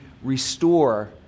Restore